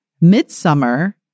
midsummer